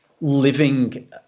living